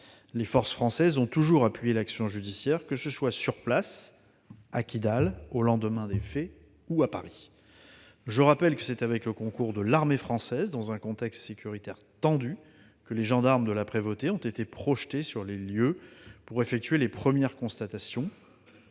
Les forces françaises ont toujours appuyé l'action judiciaire, que ce soit sur place, à Kidal, au lendemain des faits, ou à Paris. Je rappelle que c'est avec le concours de l'armée française, dans un contexte sécuritaire tendu, que les gendarmes de la prévôté ont été projetés sur les lieux, pour effectuer les premières constatations